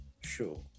Sure